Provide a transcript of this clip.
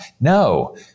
No